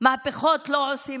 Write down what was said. מהפכות לא עושים